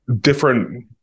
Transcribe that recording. different